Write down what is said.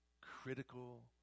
critical